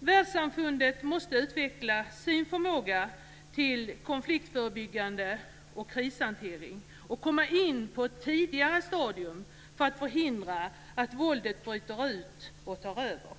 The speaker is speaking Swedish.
Världssamfundet måste utveckla sin förmåga till konfliktförebyggande och krishantering och komma in på ett tidigare stadium för att förhindra att våldet bryter ut och tar över.